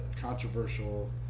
controversial